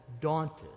daunted